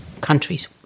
countries